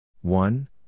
one